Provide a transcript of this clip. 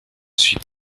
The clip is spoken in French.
suis